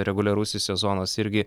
reguliarusis sezonas irgi